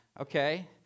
okay